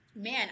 Man